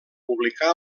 publicà